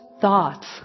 thoughts